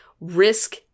risk